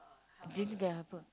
didn't get a helper